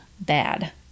bad